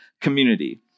community